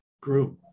group